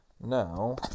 Now